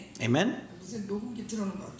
Amen